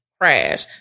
crash